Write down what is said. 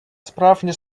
справжня